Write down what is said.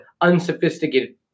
unsophisticated